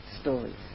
stories